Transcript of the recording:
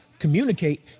communicate